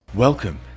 Welcome